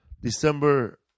December